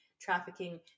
trafficking